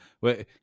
Wait